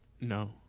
No